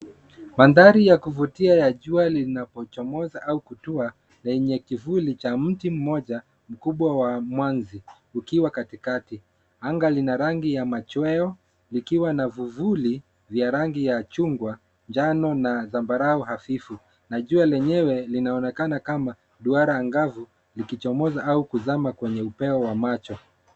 Mandhari ya kuvutia ya jua linapochomoza au kutua lenye kivuli cha mti mmoja mkubwa wa mwanzi ukiwa katikati. Anga lina rangi ya machweo likiwa na vivuli vya rangi ya chungwa, njano na zambarau hafifu, na jua lenyewe linaonekana kama duara angavu likichomoza au kuzama kwenye upeo wa macho.